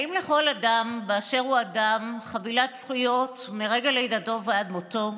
האם לכל אדם באשר הוא אדם חבילת זכויות מרגע לידתו ועד מותו?